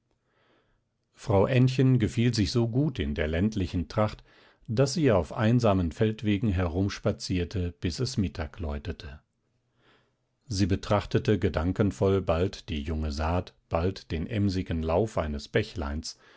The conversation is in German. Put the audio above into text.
frau ännchen gefiel sich so gut in der ländlichen tracht daß sie auf einsamen feldwegen herumspazierte bis es mittag läutete sie betrachtete gedankenvoll bald die junge saat bald den emsigen lauf eines bächleins